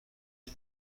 les